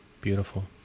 Beautiful